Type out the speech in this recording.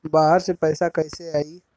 बाहर से पैसा कैसे आई?